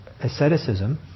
asceticism